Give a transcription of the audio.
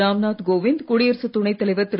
ராம் நாத் கோவிந்த் குடியரசுத் துணை தலைவர் திரு